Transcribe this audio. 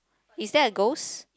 is there a ghost